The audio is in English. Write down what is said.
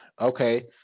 okay